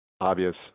obvious